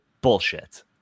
Bullshit